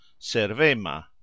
servema